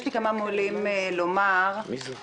יש לי כמה מילים לומר בנוגע